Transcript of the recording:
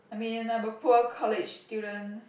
I mean I'm a poor college student